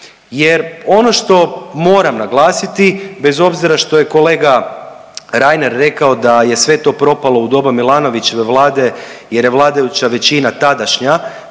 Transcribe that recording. jer ono što moram naglasiti bez obzira što je kolega Reiner rekao da je sve to propalo u doba Milanovićeve vlade jer je vladajuća većina tadašnja